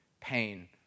pain